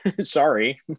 sorry